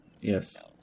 Yes